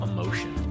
Emotion